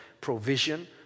provision